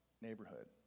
neighborhood